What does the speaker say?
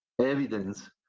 evidence